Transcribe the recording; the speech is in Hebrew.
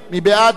מי בעד?